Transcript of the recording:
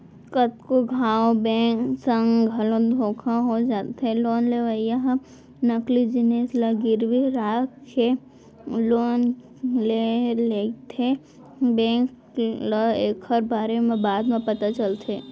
कतको घांव बेंक संग घलो धोखा हो जाथे लोन लेवइया ह नकली जिनिस ल गिरवी राखके लोन ले लेथेए बेंक ल एकर बारे म बाद म पता चलथे